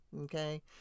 okay